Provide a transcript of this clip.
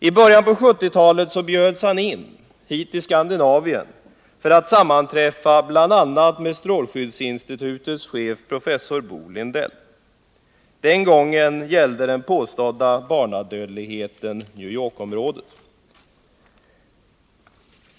I början av 1970-talet bjöds han hit till Skandinavien för att sammanträffa med bl.a. strålskyddsinstitutets chef professor Bo Lindell. Den gången gällde den påstådda barnadödligheten New York-området.